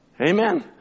Amen